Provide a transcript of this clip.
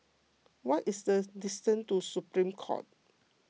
what is the distance to Supreme Court